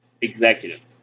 executive